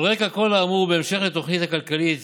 על רקע כל האמור, ובהמשך לתוכנית הכלכלית